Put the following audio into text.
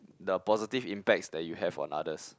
the positive impacts that you have on others